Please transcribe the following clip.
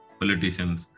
politicians